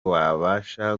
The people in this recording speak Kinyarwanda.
wabasha